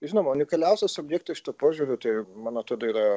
žinoma unikaliausias objektas šituo požiūriu tai man atrodo yra